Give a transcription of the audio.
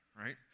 right